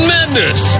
Madness